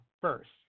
first